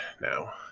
now